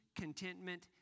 contentment